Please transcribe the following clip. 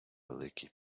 великий